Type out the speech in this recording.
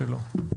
הישיבה ננעלה בשעה